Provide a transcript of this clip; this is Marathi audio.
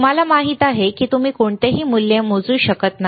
तुम्हाला माहित आहे की तुम्ही कोणतेही मूल्य मोजू शकत नाही